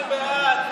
אני בעד,